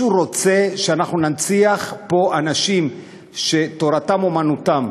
מישהו רוצה שאנחנו ננציח פה אנשים שתורתם אומנותם,